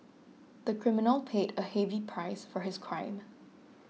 the criminal paid a heavy price for his crime